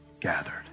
gathered